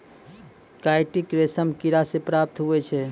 chitin रेशम किड़ा से प्राप्त हुवै छै